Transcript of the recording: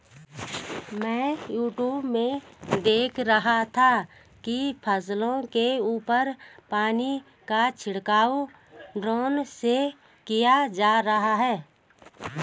मैं यूट्यूब में देख रहा था कि फसल के ऊपर पानी का छिड़काव ड्रोन से किया जा रहा है